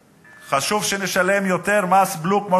חשוב שנשלם יותר מס בלו על הדלק,